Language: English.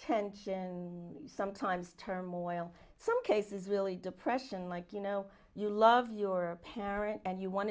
tension sometimes turmoil some cases ili depression like you know you love your parent and you want